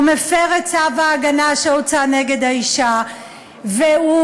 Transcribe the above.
הוא מפר את צו ההגנה שהוצא על האישה והוא